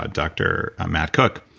ah dr. matt cook.